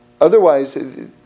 Otherwise